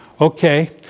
Okay